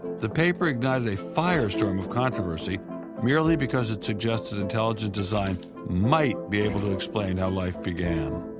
the paper ignited a firestorm of controversy merely because it suggested intelligent design might be able to explain how life began.